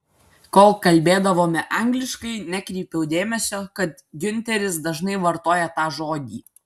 kol kalbėdavome angliškai nekreipiau dėmesio kad giunteris dažnai vartoja tą žodį